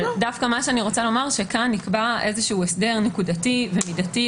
אבל דווקא מה שאני רוצה לומר זה שכאן נקבע איזשהו הסדר נקודתי ומידתי.